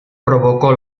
provocó